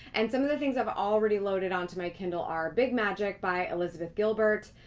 and some of the things i've already loaded onto my kindle are big magic by elizabeth gilbert,